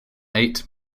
eight